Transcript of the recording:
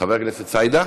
חבר הכנסת סידה,